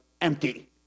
empty